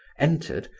entered,